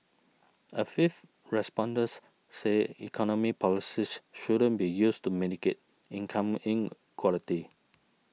a fifth respondents said economic policies shouldn't be used to mitigate income inequality